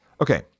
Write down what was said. Okay